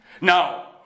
Now